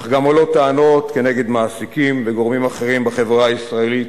אך גם עולות טענות כנגד מעסיקים וגורמים אחרים בחברה הישראלית,